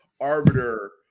arbiter